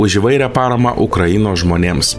už įvairią paramą ukrainos žmonėms